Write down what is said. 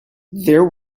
there